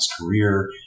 career